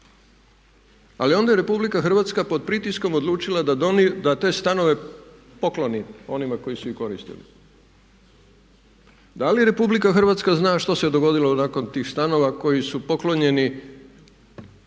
Ali onda je RH pod pritiskom odlučila da te stanove pokloni onima koji su ih koristili. Da li RH zna što se dogodilo nakon tih stanova koji su poklonjeni